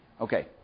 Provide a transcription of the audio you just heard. Okay